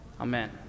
Amen